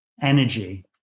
energy